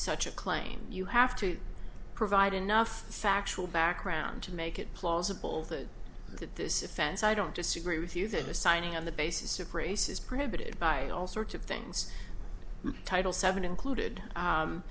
such a claim you have to provide enough factual background to make it plausible that this offends i don't disagree with you that assigning on the basis of race is prevented by all sorts of things title seven included